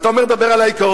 אתה אומר: דבר על העיקרון.